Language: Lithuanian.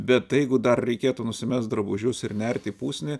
bet jeigu dar reikėtų nusimest drabužius ir nert į pusnį